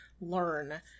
learn